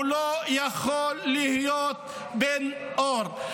הוא לא יכול להיות בן אור.